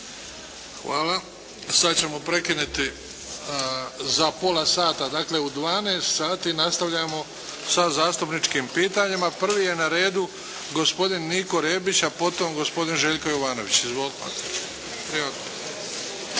Hvala. Sad ćemo prekinuti za pola sata, dakle u 12 sati nastavljamo sa zastupničkim pitanjima. Prvi je na redu gospodin Niko Rebić, a potom gospodin Željko Jovanović. **Bebić,